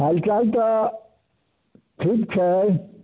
हालचाल तऽ ठीक छै